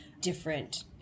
different